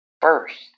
first